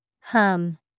Hum